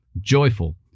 Joyful